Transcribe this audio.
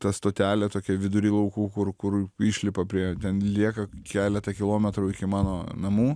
ta stotelė tokia vidury laukų kur kur išlipa prie ten lieka keletą kilometrų iki mano namų